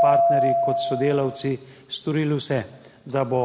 partnerji, kot sodelavci storili vse, da bo